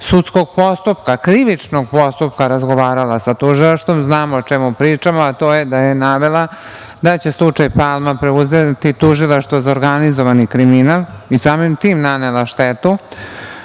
sudskog postupka, krivičnog postupka razgovarala sa tužilaštvom, znam o čemu pričam, a to je da je navela da će slučaj „Palma“ preuzeti Tužilaštvo za organizovani kriminal, samim tim nanela štetu,